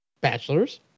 bachelors